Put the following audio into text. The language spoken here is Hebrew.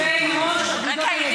זה לא 120 חברי הכנסת,